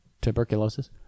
tuberculosis